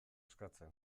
eskatzen